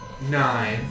nine